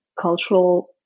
cultural